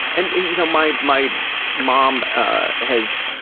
and you know my my mom ah has